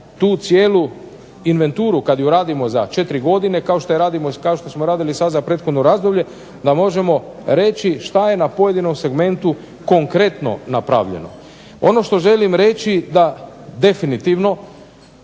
tu cijelu inventuru kada je radimo za 4 godine kao što smo radili sada za prethodno razdoblje da možemo reći što je na pojedinom segmentu konkretno napravljeno. Ono što želim reći da definitivno